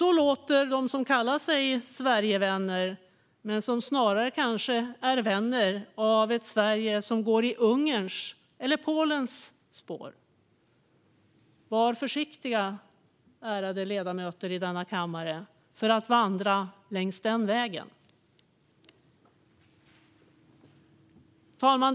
Så låter de som kallar sig Sverigevänner men som snarare kanske är vänner av ett Sverige som går i Ungerns eller Polens spår. Var försiktiga, ärade ledamöter i denna kammare, med att vandra längs den vägen! Fru talman!